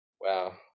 Wow